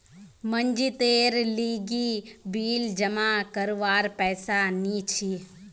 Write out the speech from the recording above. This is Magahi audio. मनजीतेर लीगी बिल जमा करवार पैसा नि छी